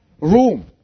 room